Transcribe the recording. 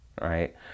right